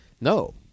No